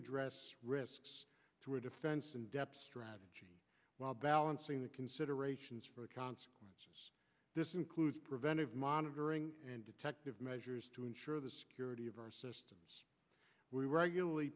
address risks to a defense in depth strategy while balancing the considerations for accounts this includes preventive monitoring and protective measures to ensure the security of our systems we regularly